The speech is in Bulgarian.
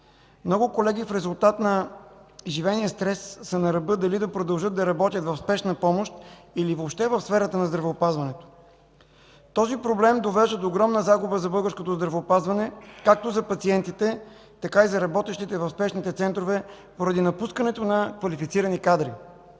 Много колеги в резултат на изживения стрес са на ръба дали да продължат да работят в Спешна помощ или въобще в сферата на здравеопазването. Този проблем довежда до огромна загуба за българското здравеопазване както за пациентите, така и за работещите в спешните центрове поради напускането на квалифицирани кадри.